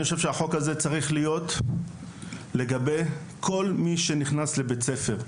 אני חושב שהחוק הזה צריך להיות לגבי כל מי שנכנס לבית ספר,